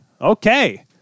Okay